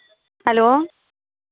hello